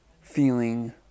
feeling